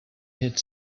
had